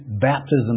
baptism